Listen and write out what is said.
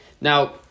now